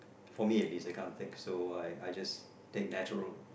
for me at least I can't think so I I just take take natural